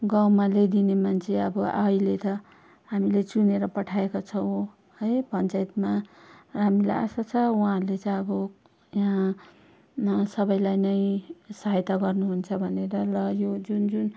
गाउँमा ल्याइदिने मान्छे अब अहिले त हामीले चुनेर पठाएका छौँ है पञ्चायतमा र हामीलाई आशा छ उहाँहरूले चाहिँ अब यहाँ न सबैलाई नै सहायता गर्नुहुन्छ भनेर र यो जुन जुन